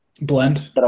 blend